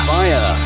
fire